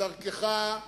בדרכך,